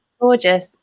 gorgeous